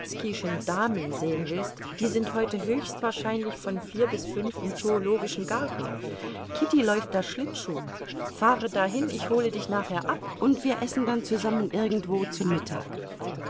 damen sehen willst die sind heute höchstwahrscheinlich von vier bis fünf im zoologischen garten kitty läuft da schlittschuh fahre da hin ich hole dich nachher ab und wir essen dann zusammen irgendwo zu mittag